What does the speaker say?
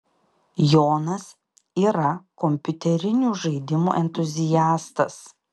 jonas yra kompiuterinių žaidimų entuziastas